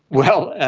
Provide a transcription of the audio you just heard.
well,